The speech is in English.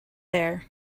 there